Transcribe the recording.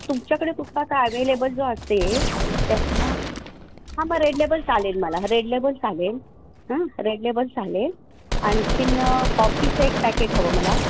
तुमच्याकडे कुठला आता ॲवेलेबल जो असेल त्यात ना हां मग रेड लेबल्स चालेल मला रेड लेबल्स चालेल हां रेड लेबल्स चालेल आणखीन कॉफीचं एक पॅकेट हवं मला